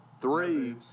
Three